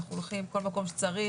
כל מקום שצריך,